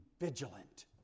vigilant